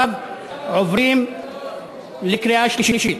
עכשיו עוברים לקריאה שלישית.